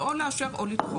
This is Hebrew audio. זה או לאפשר או לדחות.